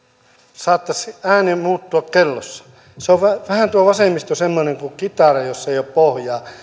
saattaisi ääni muuttua kellossa se on tuo vasemmisto vähän semmoinen kuin kitara jossa ei ole pohjaa